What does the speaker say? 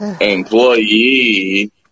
employee